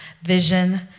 vision